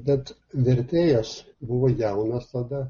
bet vertėjas buvo jaunas tada